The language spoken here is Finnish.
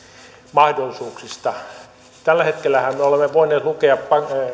mahdollisuuksista tällä hetkellähän me olemme voineet lukea